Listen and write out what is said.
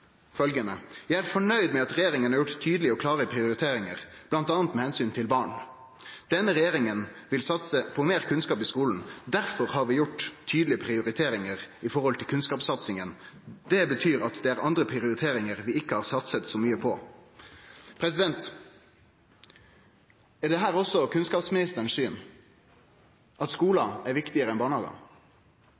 er fornøyd med at denne regjeringen har gjort tydelige og klare prioriteringer, bl.a. med hensyn til barn.» Vidare: «Denne regjeringen prioriterer å satse på mer kunnskap i skolen . Derfor har vi gjort noen tydelige prioriteringer når det gjelder kunnskapssatsing i dette budsjettet, og det betyr at det er andre områder vi ikke prioriterer så mye til.» Er det også kunnskapsministerens syn at skular er viktigare enn